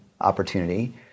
opportunity